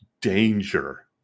danger